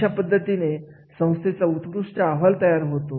अशा पद्धतीने संस्थेचा उत्कृष्ट अहवाल तयार होतो